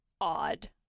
odd